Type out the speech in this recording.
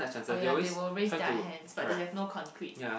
oh ya they will raise their hand but they have no concrete